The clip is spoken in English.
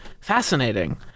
fascinating